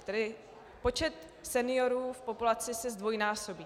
Tedy počet seniorů v populaci se zdvojnásobí.